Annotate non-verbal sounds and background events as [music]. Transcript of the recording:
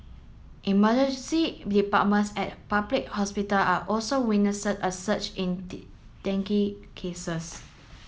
emergency departments at public hospital are also witness a surge in [unintelligible] dengue cases